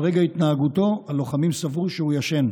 ועל רקע התנהגותו הלוחמים סברו שהוא ישן,